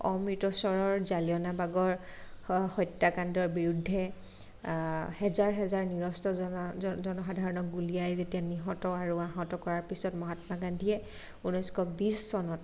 অমৃতসৰৰ জালিয়নাবাগৰ হত্যাকাণ্ডৰ বিৰুদ্ধে হেজাৰ হেজাৰ নিৰস্ত্ৰ জনসাধাৰণক যেতিয়া গুলিয়াই নিহত আৰু আহত কৰাৰ পিছত মহাত্মা গান্ধীয়ে ঊনৈছশ বিছ চনত